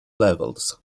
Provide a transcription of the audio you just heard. levels